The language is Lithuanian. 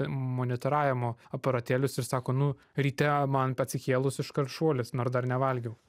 monitoravimo aparatėlius ir sako nu ryte man atsikėlus iškart šuolis nors dar nevalgiau